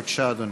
בבקשה, אדוני.